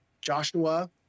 Joshua